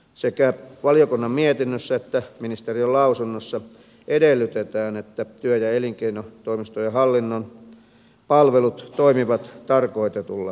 sekä valiokunnan mietinnössä että ministerin lausunnossa edellytetään että työ ja elinkeinotoimistojen hallinnon palvelut toimivat tarkoitetulla tavalla